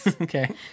Okay